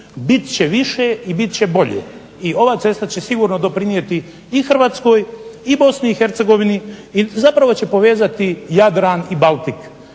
bit će više i bit će bolje, i ova cesta će sigurno doprinijeti i Hrvatskoj i Bosni i Hercegovini, i zapravo će povezati Jadran i Baltik.